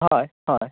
हय हय